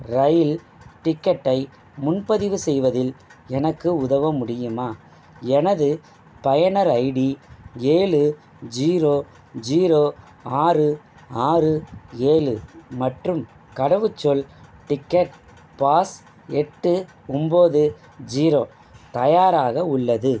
இரயில் டிக்கெட்டை முன்பதிவு செய்வதில் எனக்கு உதவ முடியுமா எனது பயனர் ஐடி ஏழு ஜீரோ ஜீரோ ஆறு ஆறு ஏழு மற்றும் கடவுச்சொல் டிக்கெட் பாஸ் எட்டு ஒம்பது ஜீரோ தயாராக உள்ளது